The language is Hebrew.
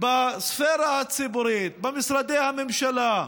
בספרה הציבורית, במשרדי הממשלה,